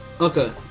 Okay